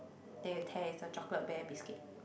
then you tear it's a chocolate bear biscuit